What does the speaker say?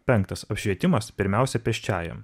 penktas apšvietimas pirmiausia pėsčiajam